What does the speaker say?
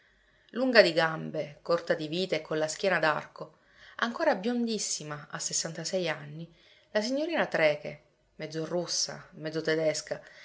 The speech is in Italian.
lunga di gambe corta di vita e con la schiena ad arco ancora biondissima a sessantasei anni la signorina trecke mezzo russa mezzo tedesca